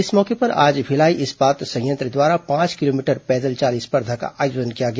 इस मौके पर आज भिलाई इस्पात संयंत्र द्वारा पांच किलोमीटर पैदल चाल स्पर्धा का आयोजन किया गया